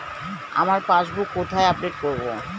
আমার পাসবুক কোথায় আপডেট করব?